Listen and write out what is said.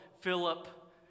Philip